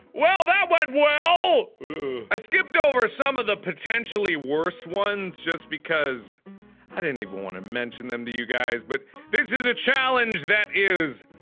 well that went well ehhh. i skipped over some of the potentially worse ones just because i didn't even want to mention them to you guys. but this is a challenge that is.